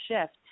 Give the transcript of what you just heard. shift